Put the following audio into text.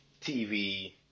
TV